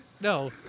No